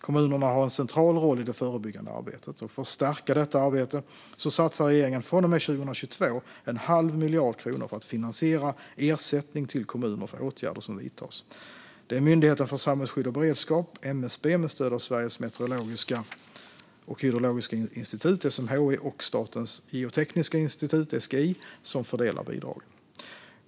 Kommunerna har en central roll i det förebyggande arbetet. För att stärka detta arbete satsar regeringen från och med 2022 en halv miljard kronor för att finansiera ersättning till kommuner för åtgärder som vidtas. Det är Myndigheten för samhällsskydd och beredskap, MSB, med stöd av Sveriges meteorologiska och hydrologiska institut, SMHI, och Statens geotekniska institut, SGI, som fördelar bidragen.